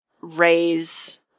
raise